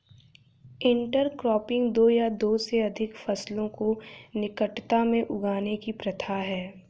intercropping दो या दो से अधिक फसलों को निकटता में उगाने की प्रथा है